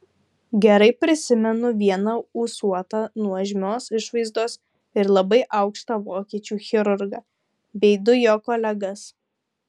gerai prisimenu vieną ūsuotą nuožmios išvaizdos ir labai aukštą vokiečių chirurgą bei du jo kolegas